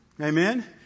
Amen